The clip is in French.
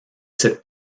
cette